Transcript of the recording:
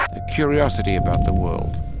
a curiosity about the world,